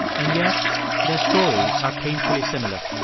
and yet their stories are painfully similar.